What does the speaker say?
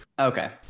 Okay